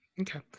Okay